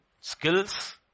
skills